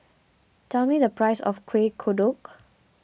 tell me the price of Kueh Kodok